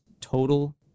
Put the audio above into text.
total